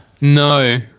No